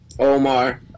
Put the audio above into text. omar